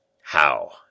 How